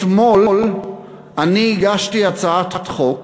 אתמול אני הגשתי הצעת חוק